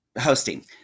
hosting